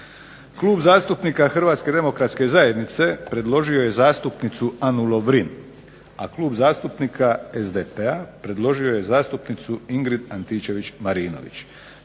Klub zastupnika HDZ-a predložio je zastupnicu Anu Lovirn, a Klub zastupnika SDP-a predložio je zastupnicu Ingrid Antičević Marinović.